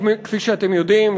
כפי שאתם יודעים,